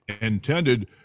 intended